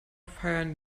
feiern